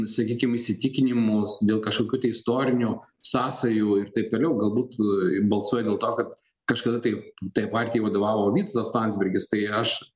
sakykim įsitikinimus dėl kažkokių tai istorinių sąsajų ir taip toliau galbūt balsuoja dėl to kad kažkada tai tai partijai vadovavo vytautas landsbergis tai aš